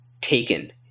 taken